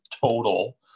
total